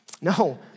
No